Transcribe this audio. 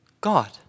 God